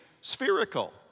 spherical